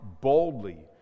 boldly